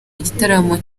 igitaramo